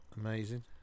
Amazing